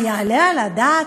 היעלה על הדעת?